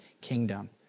kingdom